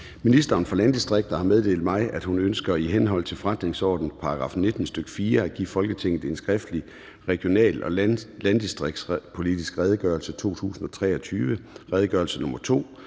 Ministeren for landdistrikter (Louise Schack Elholm) har meddelt mig, at hun ønsker i henhold til forretningsordenens § 19, stk. 4, at give Folketinget en skriftlig Regional- og landdistriktspolitisk redegørelse 2023. (Redegørelse nr. R